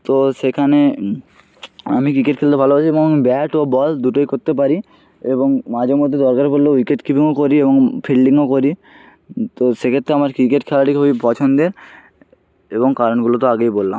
তো সেখানে আমি ক্রিকেট খেলতে ভালোবাসি এবং আমি ব্যাট ও বল দুটোই করতে পারি এবং মাঝেমধ্যে দরকার পড়লে উইকেট কিপিংও করি এবং ফিল্ডিংও করি তো সেক্ষেত্রে আমার ক্রিকেট খেলাটি খুবই পছন্দের এবং কারণগুলো তো আগেই বললাম